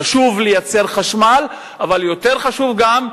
חשוב לייצר חשמל אבל יותר חשוב גם לחסוך.